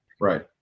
Right